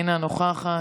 אינה נוכחת,